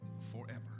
forever